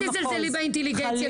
סליחה, אל תזלזלי באינטליגנציה שלי.